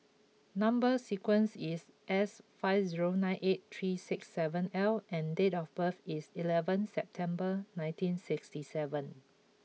number sequence is S five zero nine eight three six seven L and date of birth is eleven September nineteen sixty seven